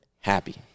happy